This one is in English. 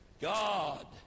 God